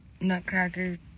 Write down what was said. nutcracker